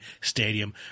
Stadium